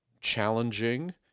challenging